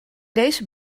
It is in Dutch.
deze